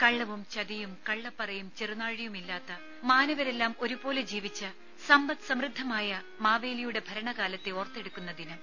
കള്ളവും ചതിയും കള്ളനാഴിയും പറയുമില്ലാത്ത മാനവരെല്ലാം ഒരു പോലെ ജീവിച്ച സമ്പദ് സമൃദ്ധമായ മാവേലിയുടെ ഭരണകാലത്തെ ഓർത്തെടുക്കുന്ന ദിനം